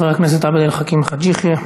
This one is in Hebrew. חבר הכנסת עבד אל חכים חאג' יחיא,